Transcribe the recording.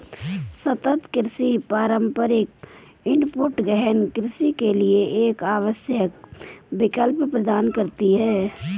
सतत कृषि पारंपरिक इनपुट गहन कृषि के लिए एक आवश्यक विकल्प प्रदान करती है